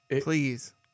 Please